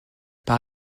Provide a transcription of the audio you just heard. par